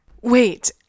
Wait